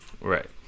Right